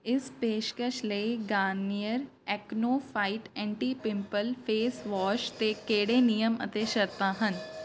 ਇਸ ਪੇਸ਼ਕਸ਼ ਲਈ Garnier acno fight anti pimple face wash 'ਤੇ ਕਿਹੜੇ ਨਿਯਮ ਅਤੇ ਸ਼ਰਤਾਂ ਹਨ